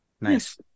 Nice